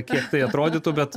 kiek tai atrodytų bet